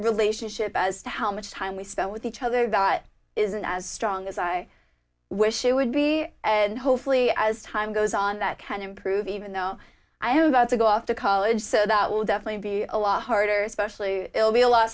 relationship as to how much time we spend with each other it isn't as strong as i wish it would be and hopefully as time goes on that can improve even though i am about to go off to college so that will definitely be a lot harder especially it will be a lot